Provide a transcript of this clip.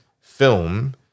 film